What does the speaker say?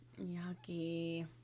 Yucky